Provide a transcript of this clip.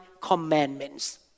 commandments